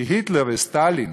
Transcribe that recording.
כי היטלר וסטלין